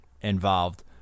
involved